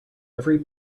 every